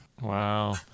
Wow